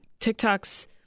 TikToks